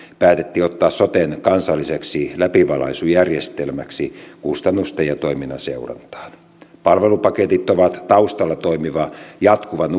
päätettiin ottaa soten kansalliseksi läpivalaisujärjestelmäksi kustannusten ja toiminnan seurantaan palvelupaketit ovat taustalla toimiva jatkuvan